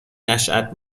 نشات